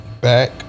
back